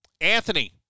Anthony